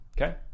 okay